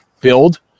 build